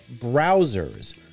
Browsers